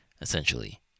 essentially